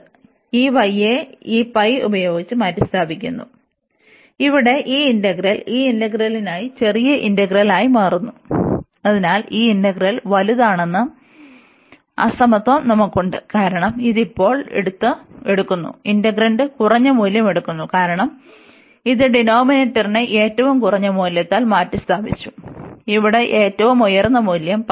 അതിനാൽ ഈ y യെ ഈ ഉപയോഗിച്ച് മാറ്റിസ്ഥാപിക്കുന്നു അതിനാൽ ഇവിടെ ഈ ഇന്റഗ്രൽ ഈ ഇന്റഗ്രലിനായി ചെറിയ ഇന്റഗ്രലായി മാറുന്നു അതിനാൽ ഈ ഇന്റഗ്രൽ വലുതാണെന്ന അസമത്വം നമുക്കുണ്ട് കാരണം ഇത് ഇപ്പോൾ എടുക്കുന്നു ഇന്റഗ്രന്റ് കുറഞ്ഞ മൂല്യം എടുക്കുന്നു കാരണം ഇത് ഡിനോമിനേറ്ററിനെ ഏറ്റവും കുറഞ്ഞ മൂല്യത്താൽ മാറ്റിസ്ഥാപിച്ചു ഇവിടെ ഏറ്റവും ഉയർന്ന മൂല്യം പൈ